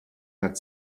had